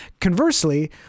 Conversely